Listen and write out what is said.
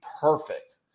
perfect